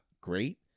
great